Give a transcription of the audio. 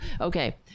Okay